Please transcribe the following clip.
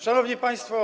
Szanowni Państwo!